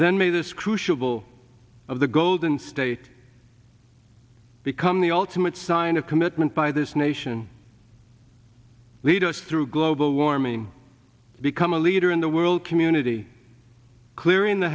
then made this crucial of the golden state become the ultimate sign of commitment by this nation leaders through global warming become a leader in the world community clearing the